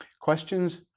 questions